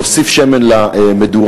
להוסיף שמן למדורה.